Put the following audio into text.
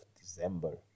december